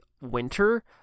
winter